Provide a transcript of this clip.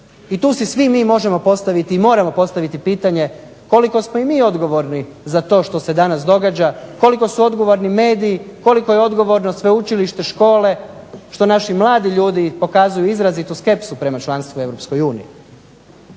I tu si svi možemo i moramo postaviti pitanje koliko smo i mi odgovorni za to što se danas događa? Koliko su odgovorni mediji? Koliko je odgovorno sveučilište, škole? Što naši mladi ljudi pokazuju izrazitu skepsu prema članstvu u EU? Koliko